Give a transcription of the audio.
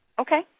Okay